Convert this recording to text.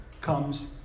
comes